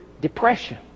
depression